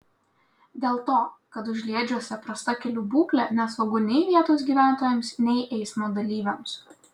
dėl to kad užliedžiuose prasta kelių būklė nesaugu nei vietos gyventojams nei eismo dalyviams